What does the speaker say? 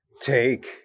Take